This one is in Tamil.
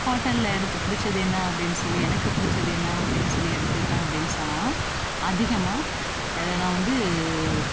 ஹோட்டலில் எடுத்து பிடிச்சது என்ன அப்படினு சொல்லி எனக்கு பிடிச்சது என்ன அப்படின்னு சொல்லி எடுத்துக்கிட்டோம் அப்படின்னு சொன்னன்னா அதிகமாக நான் வந்து